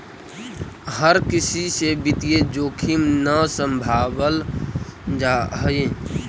हर किसी से वित्तीय जोखिम न सम्भावल जा हई